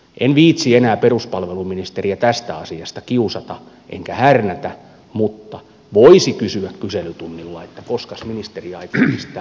en viitsi enää peruspalveluministeriä tästä asiasta kiusata enkä härnätä mutta voisi kysyä kyselytunnilla että koskas ministeri aikoo pistää lain täytäntöön